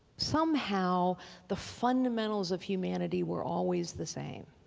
somehow the fundamentals of humanity were always the same.